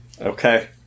Okay